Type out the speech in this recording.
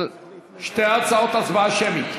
על שתי ההצעות הצבעה שמית.